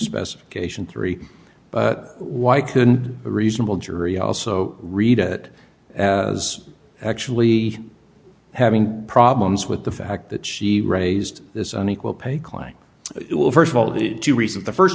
specification three why couldn't a reasonable jury also read it as actually having problems with the fact that she raised this unequal pay client first of all the two reasons the first